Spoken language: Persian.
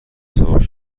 سرخ